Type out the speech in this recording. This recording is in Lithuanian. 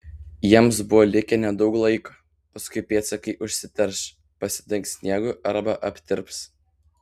jiems buvo likę nedaug laiko paskui pėdsakai užsiterš pasidengs sniegu arba aptirps